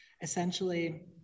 Essentially